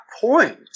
point